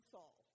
Saul